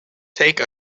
take